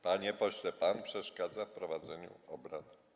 Panie pośle, pan przeszkadza w prowadzeniu obrad.